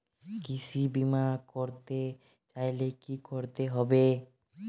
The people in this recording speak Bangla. কৃষি বিমা করতে চাইলে কি করতে হবে?